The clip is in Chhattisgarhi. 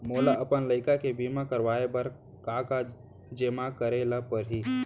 मोला अपन लइका के बीमा करवाए बर का का जेमा करे ल परही?